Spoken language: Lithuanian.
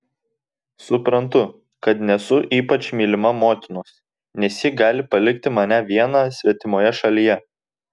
suprantu kad nesu ypač mylima motinos nes ji gali palikti mane vieną svetimoje šalyje